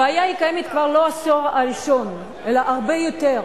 הבעיה קיימת כבר לא העשור הראשון אלא הרבה יותר.